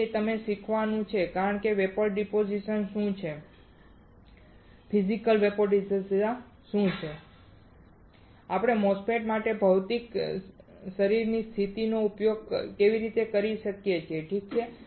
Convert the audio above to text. તેથી તે તમને શીખવવાનું કારણ છે કે ફિઝિકલ વેપોર ડીપોઝીશન શું છે અને આપણે MOSFETs માટે ભૌતિક શરીરની સ્થિતિનો ઉપયોગ કેવી રીતે કરી શકીએ ઠીક છે